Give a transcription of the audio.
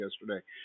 yesterday